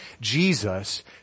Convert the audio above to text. Jesus